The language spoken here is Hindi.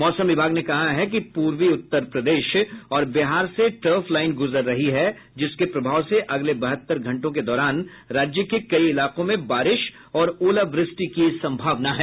मौसम विभाग ने कहा है कि पूर्वी उत्तर प्रदेश और बिहार से टर्फ लाईन गुजर रही है जिसके प्रभाव से अगले बहत्तर घंटों के दौरान राज्य के कई इलाकों में बारिश और ओलावृष्टि की सम्भावना है